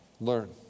Learn